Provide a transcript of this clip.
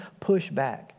pushback